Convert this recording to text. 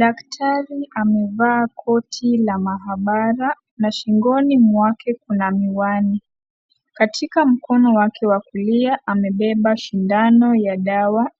Daktari amevaa koti la mahabara na shingoni mwake kuna miwani. Katika mkono wake wa kulia amebeba shindano ya dawa.